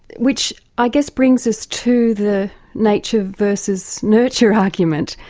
which i guess brings us to the nature versus nurture argument,